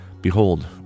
Behold